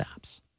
apps